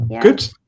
good